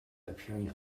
appearing